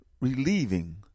relieving